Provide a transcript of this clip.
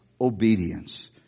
obedience